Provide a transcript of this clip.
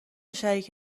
شریک